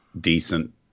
decent